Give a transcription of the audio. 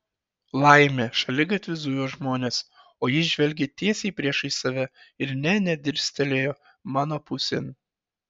laimė šaligatviu zujo žmonės o jis žvelgė tiesiai priešais save ir nė nedirstelėjo mano pusėn